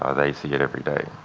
ah they see it every day.